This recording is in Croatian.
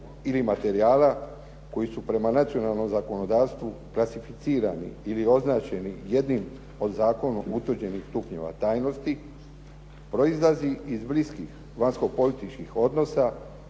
ili materijala koji su prema nacionalnom zakonodavstvu klasificirani ili označeni jednim od zakonom utvrđenih stupnjeva tajnosti proizlazi iz bliskih vanjsko-političkih odnosa